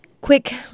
quick